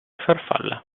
farfalla